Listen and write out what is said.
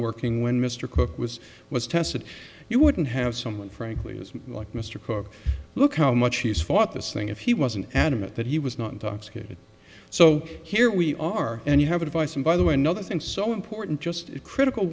working when mr cook was was tested you wouldn't have someone frankly as like mr cook look how much he's fought this thing if he wasn't adamant that he was not intoxicated so here we are and you have a device and by the way another thing so important just critical